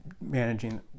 managing